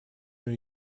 new